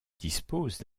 dispose